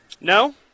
No